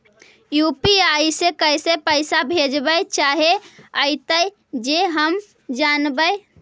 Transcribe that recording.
UPI से कैसे पैसा भेजबय चाहें अइतय जे हम जानबय?